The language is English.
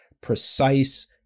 precise